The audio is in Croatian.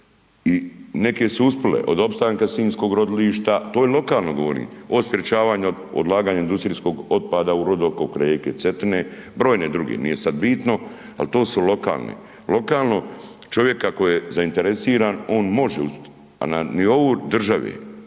i neke su uspjele od opstanka sinjskog rodilišta, to i lokalno govorim, od sprječavanja odlaganja industrijskog otpada u rudokop kod rijeke Cetine, brojne druge, nije sad bitno, ali to su lokalne, lokalno čovjek ako je zainteresiran on može a na nivou države,